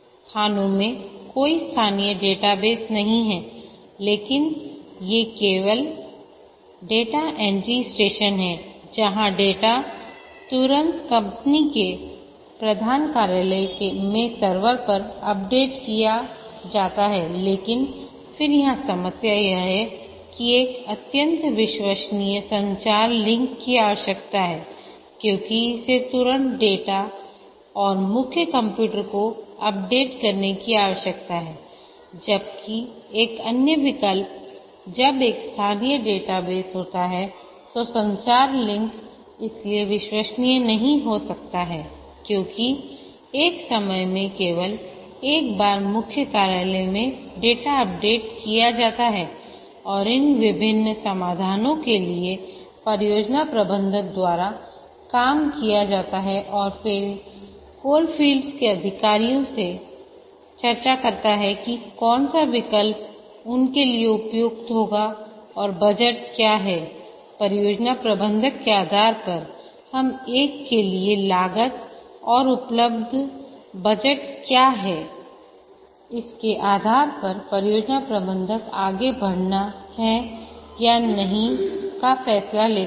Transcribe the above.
खानों में कोई स्थानीय डेटा बेस नहीं हैं लेकिन ये केवल डेटा एंट्री स्टेशन हैं जहां डेटा तुरंत कंपनी के प्रधान कार्यालय में सर्वर पर अपडेट किया जाता हैलेकिन फिर यहाँ समस्या यह है कि एक अत्यंत विश्वसनीय संचार लिंक की आवश्यकता है क्योंकि इसे तुरंत डेटा और मुख्य कंप्यूटर को अपडेट करने की आवश्यकता हैजबकि एक अन्य विकल्प जब एक स्थानीय डेटाबेस होता है तो संचार लिंक इसलिए विश्वसनीय नहीं हो सकता है क्योंकि एक समय में केवल एक बार मुख्य कार्यालय में डेटा अपडेट किया जाता है और इन विभिन्न समाधानों के लिए परियोजना प्रबंधक द्वारा काम किया जाता है और फिर कोलफील्ड के अधिकारियों से चर्चा करता है कि कौन सा विकल्प उनके लिए उपयुक्त होगा और बजट क्या है परियोजना प्रबंधक के आधार पर हर एक के लिए लागत और उपलब्ध बजट क्या है इसके आधार पर परियोजना प्रबंधक आगे बढ़ना है या नहीं का फैसला लेता है